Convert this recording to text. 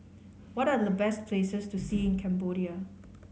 what are the best places to see in Cambodia